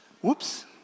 Whoops